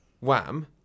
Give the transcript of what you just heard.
Wham